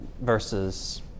versus